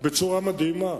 בצורה מדהימה,